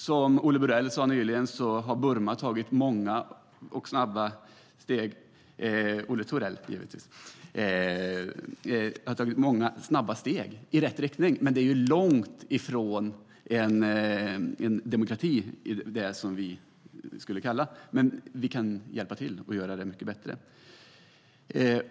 Som Olle Thorell sade nyss har Burma tagit många och snabba steg i rätt riktning, men det är långt ifrån det vi skulle kalla en demokrati. Men vi kan hjälpa till och göra det mycket bättre.